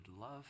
love